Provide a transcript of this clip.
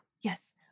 Yes